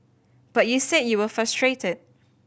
but you said you were frustrated